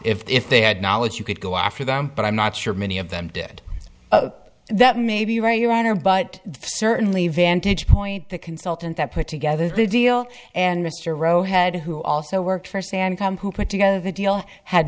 if they had knowledge you could go after them but i'm not sure many of them did that maybe right your honor but certainly vantage point the consultant that put together the deal and mr rowe head who also worked for sam com who put together the deal had